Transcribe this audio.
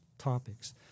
topics